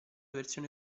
versione